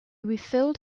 refilled